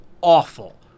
awful